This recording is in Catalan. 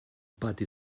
pati